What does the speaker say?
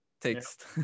text